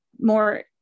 more